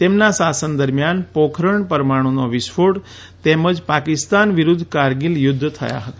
તેમના શાસન દરમિયાન પોખરણ પરમાણનો વિસ્ફોટ તેમજ પાકિસ્તાન વિરૂદ્ધ કારગીલ યુદ્ધ થયા હતા